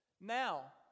now